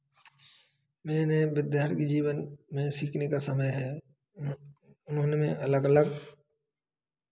मैंने विद्यार्थी जीवन में सीखने का समय है उनमें अलग अलग